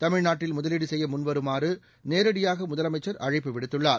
தமிழ்நாட்டில் முதலீடு செய்ய முன்வருமாறு நேரடியாக முதலமைச்சர் அழைப்பு விடுத்துள்ளார்